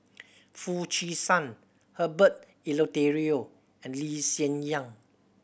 Foo Chee San Herbert Eleuterio and Lee Hsien Yang